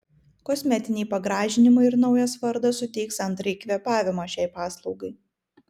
kosmetiniai pagražinimai ir naujas vardas suteiks antrąjį kvėpavimą šiai paslaugai